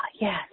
yes